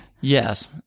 Yes